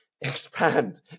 expand